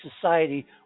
society